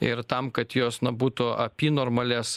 ir tam kad jos na būtų apynormalės